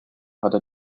hatte